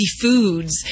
foods